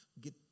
get